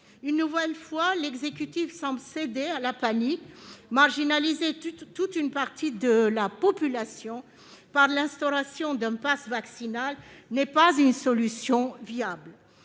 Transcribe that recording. Une fois de plus, l'exécutif semble céder à la panique. Marginaliser toute une partie de la population par l'instauration d'un passe vaccinal n'est pas une solution viable.